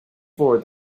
floor